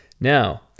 Now